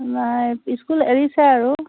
নাই ইস্কুল এৰিছে আৰু